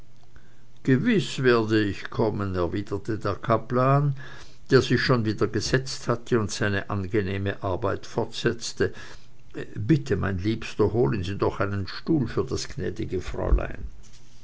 gewiß werde ich kommen erwiderte der pfarrer der sich schon wieder gesetzt hatte und seine angenehme arbeit fortsetzte bitte mein liebster holen sie doch einen stuhl für das gnädige freulein